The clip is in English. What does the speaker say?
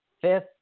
fifth